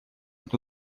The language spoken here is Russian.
эту